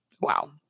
Wow